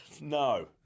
no